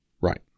Right